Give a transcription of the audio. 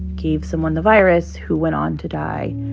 gave someone the virus who went on to die